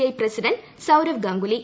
I president Sourav Ganguly